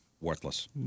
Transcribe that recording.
worthless